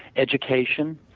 education,